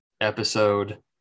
episode